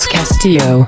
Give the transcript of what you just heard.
Castillo